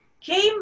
came